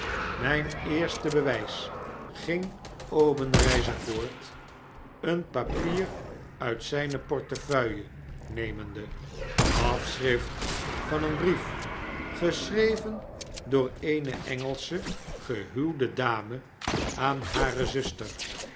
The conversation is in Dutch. myn eerste bewys ging obenreizer voort een papier uit zyne portefeuille nemende afschrift van een brief geschreven door eene engelsche gehuwde dame aan hare zuster